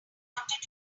everything